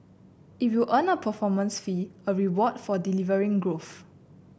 it will earn a performance fee a reward for delivering growth